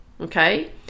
okay